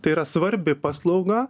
tai yra svarbi paslauga